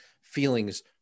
feelings